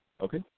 Okay